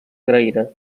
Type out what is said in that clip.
agraïda